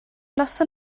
noson